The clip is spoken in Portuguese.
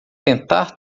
tentar